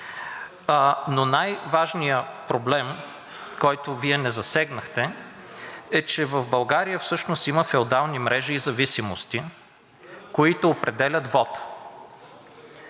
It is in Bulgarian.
Най-важният проблем, който Вие не засегнахте е, че в България всъщност има феодални мрежи и зависимости, които определят вота.